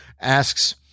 asks